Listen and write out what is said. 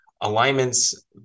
alignments